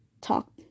talk